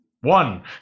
One